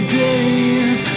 days